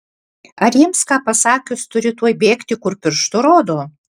ar jiems ką pasakius turi tuoj bėgti kur pirštu rodo